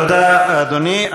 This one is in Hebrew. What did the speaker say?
תודה, אדוני.